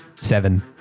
Seven